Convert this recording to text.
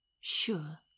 Sure